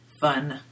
fun